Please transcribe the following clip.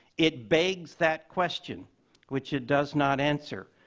it begs that question which it does not answer.